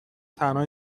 تنها